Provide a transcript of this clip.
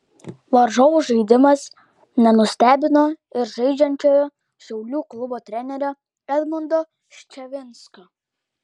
varžovų žaidimas nenustebino ir žaidžiančiojo šiaulių klubo trenerio edmundo ščavinsko